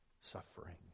suffering